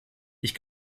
ich